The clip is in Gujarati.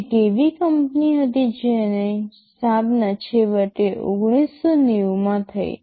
એક એવી કંપની હતી જેની સ્થાપના છેવટે 1990 માં થઈ